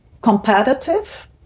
competitive